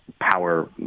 power –